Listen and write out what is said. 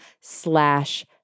slash